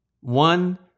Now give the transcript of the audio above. One